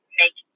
make